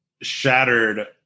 shattered